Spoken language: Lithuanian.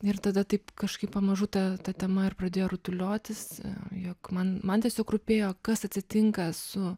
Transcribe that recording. ir tada taip kažkaip pamažu ta ta tema ir pradėjo rutuliotis jog man man tiesiog rūpėjo kas atsitinka su